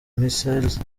missiles